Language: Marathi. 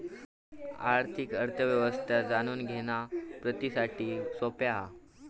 आर्थिक अर्थ व्यवस्था जाणून घेणा प्रितीसाठी सोप्या हा